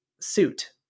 suit